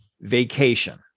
vacation